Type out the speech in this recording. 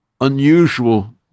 unusual